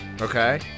okay